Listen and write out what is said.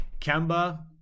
Kemba